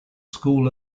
school